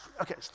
okay